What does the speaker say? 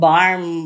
Barm